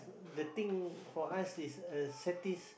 the thing for us is uh satis~